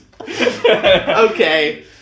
Okay